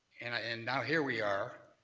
and and now here we are